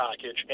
package